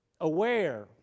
aware